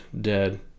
dead